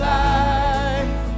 life